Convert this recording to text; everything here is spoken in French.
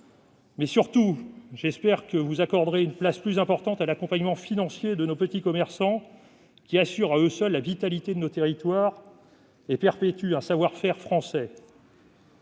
Surtout, j'espère que vous accorderez une place plus importante à l'accompagnement financier de nos petits commerçants, qui assurent à eux seuls la vitalité de nos territoires et perpétuent un savoir-faire français.